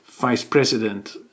Vice-President